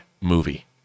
movie